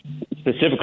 specifically